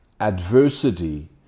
adversity